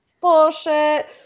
bullshit